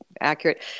accurate